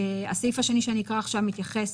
הסעיף השני שאקרא מתייחס